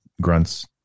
grunts